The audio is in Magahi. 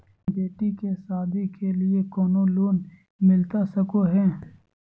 बेटी के सादी के लिए कोनो लोन मिलता सको है?